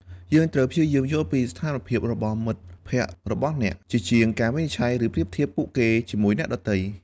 យើងត្រូវព្យាយាមយល់ពីស្ថានភាពរបស់មិត្តភក្តិរបស់អ្នក ជាជាងការវិនិច្ឆ័យ ឬប្រៀបធៀបពួកគេជាមួយអ្នកដទៃ។